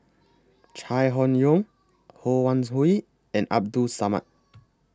Chai Hon Yoong Ho Wan Hui and Abdul Samad